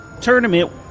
tournament